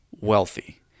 wealthy